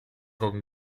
con